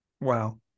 Wow